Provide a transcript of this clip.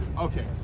Okay